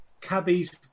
cabbies